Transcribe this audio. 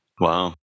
Wow